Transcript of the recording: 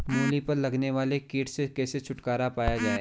मूली पर लगने वाले कीट से कैसे छुटकारा पाया जाये?